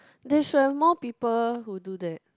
they should have more people who do that